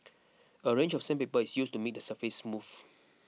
a range of sandpaper is used to make the surface smooth